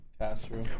Castro